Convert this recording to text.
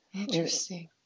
Interesting